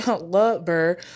lover